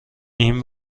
این